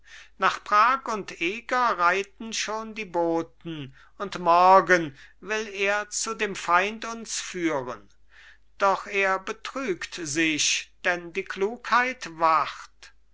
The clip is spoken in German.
nach prag und eger reiten schon die boten und morgen will er zu dem feind uns führen doch er betrügt sich denn die klugheit wacht